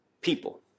people